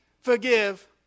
forgive